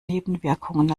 nebenwirkungen